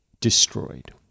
destroyed